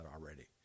already